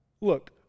look